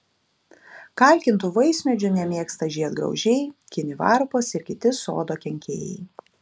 kalkintų vaismedžių nemėgsta žiedgraužiai kinivarpos ir kiti sodo kenkėjai